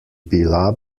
bila